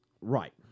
Right